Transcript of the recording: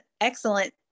excellent